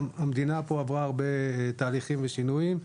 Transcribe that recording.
גם המדינה עברה תהליכים ושינויים,